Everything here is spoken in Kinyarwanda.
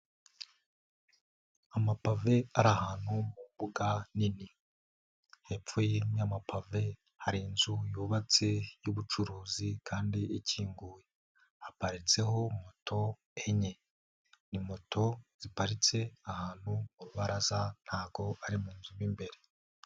Amapave ari ahantu mu mbuga nini, hepfo y'amapave hari inzu yubatse y'ubucuruzi kandi ikinguye haparitseho moto enye, ni moto ziparitse ahantu ku ibaraza ntago ari mu nzu mo imbere.